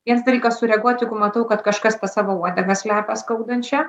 viens dalykas sureaguot jeigu matau kad kažkas tą savo uodegą slepia skaudančią